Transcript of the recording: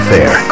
Fair